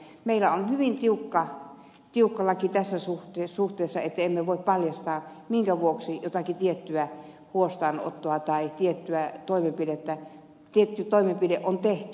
meillä on hyvin tiukka laki tässä suhteessa että emme voi paljastaa minkä vuoksi jokin tietty huostaanotto tai tietty toimenpide on tehty